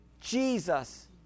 Jesus